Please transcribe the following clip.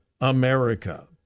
America